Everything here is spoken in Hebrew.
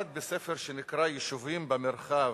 אחד בספר שנקרא "יישובים במרחב"